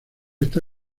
está